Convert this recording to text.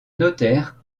notaire